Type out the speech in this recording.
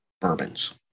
bourbons